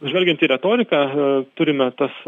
žvelgiant į retoriką a turime tas